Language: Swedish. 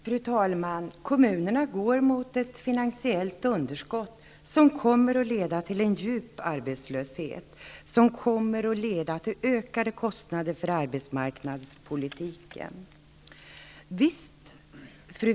Fru talman! Kommunerna går mot ett finansiellt underskott, som kommer att leda till en djup arbetslöshet och till ökade kostnader för arbetsmarknadspolitiken.